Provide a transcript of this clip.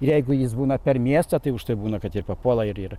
ir jeigu jis būna per miestą tai už tai būna kad ir papuola ir ir